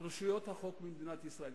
רשויות החוק במדינת ישראל.